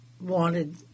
wanted